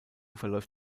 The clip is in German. verläuft